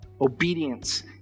Obedience